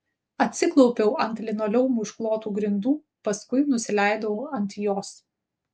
atsiklaupiau ant linoleumu išklotų grindų paskui nusileidau ant jos